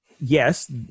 yes